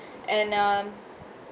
and um